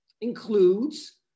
includes